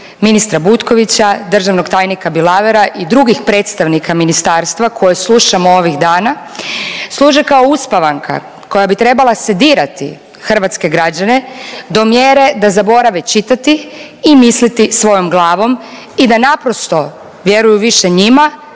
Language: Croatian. ministra Butkovića, državnog tajnika Bilavera i drugih predstavnika ministarstva koje slušamo ovih dana služe kao uspavanka koja bi trebala dirati Hrvatske građane do mjere da zaborave čitati i misliti svojom glavom i da naprosto vjeruju više njima